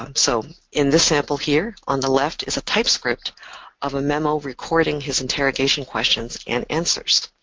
um so, in this sample, here on the left, is a typed script of a memo recording his interrogation questions and answers.